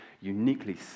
uniquely